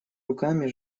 руками